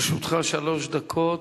לרשותך שלוש דקות.